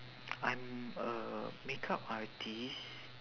I'm a makeup artist